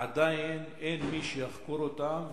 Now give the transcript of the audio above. עדיין אין מי שיחקור אותן,